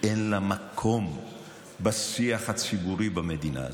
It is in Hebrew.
שאין לה מקום בשיח הציבורי במדינה הזאת.